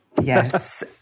Yes